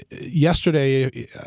yesterday